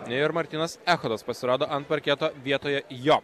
ir martynas echodas pasirodo ant parketo vietoje jo